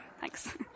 Thanks